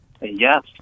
Yes